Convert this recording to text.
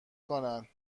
کنن